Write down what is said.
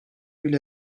bile